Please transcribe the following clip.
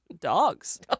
dogs